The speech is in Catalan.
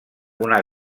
una